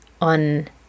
on